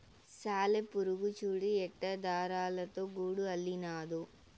సాలెపురుగు చూడు ఎట్టా దారాలతో గూడు అల్లినాదో